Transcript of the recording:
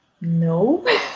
no